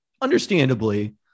understandably